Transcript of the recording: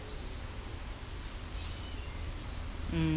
mm